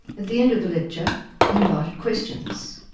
the end of the lecture he invited questions.